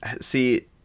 see